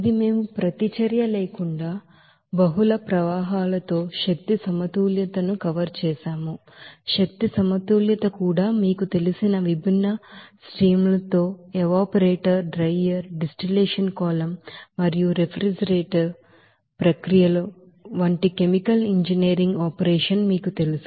ఇది మేము ప్రతిచర్య లేకుండా బహుళ ప్రవాహాలతో ಎನರ್ಜಿ ಬ್ಯಾಲೆನ್ಸ್ ను కవర్ చేసాము ಎನರ್ಜಿ ಬ್ಯಾಲೆನ್ಸ್ కూడా మీకు తెలిసిన విభిన్న స్ట్రీమ్ లతో ఎవాపరేటర్ డ్రైయర్ డిస్టిలేషన్ కాలమ్ మరియు రిఫ్రిజిరేషన్ ప్రక్రియలు వంటి కెమికల్ ఇంజనీరింగ్ ఆపరేషన్ మీకు తెలుసు